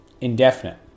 indefinite